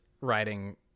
writing